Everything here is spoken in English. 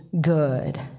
good